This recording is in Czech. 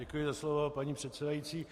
Děkuji za slovo, paní předsedající.